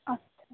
अच्छा